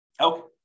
okay